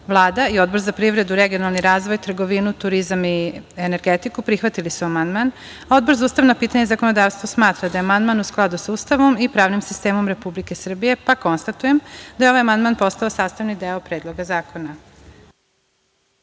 i Odbor za privredu, regionalni razvoj, trgovinu, turizam i energetiku prihvatili su amandman, a Odbor za ustavna pitanja i zakonodavstvo smatra da je amandman u skladu sa Ustavom i pravnim sistemom Republike Srbije, pa konstatujem da je ovaj amandman postao sastavni deo Predloga zakona. Reč